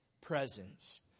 Presence